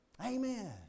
Amen